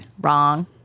Wrong